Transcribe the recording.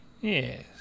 Yes